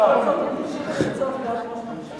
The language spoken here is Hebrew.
שבכל זאת הוא המשיך לרצות להיות ראש ממשלה מאז.